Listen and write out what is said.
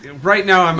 and right now, um